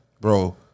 Bro